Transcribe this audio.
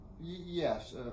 Yes